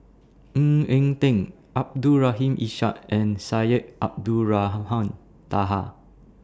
Ng Eng Teng Abdul Rahim Ishak and Syed Abdulrahman Taha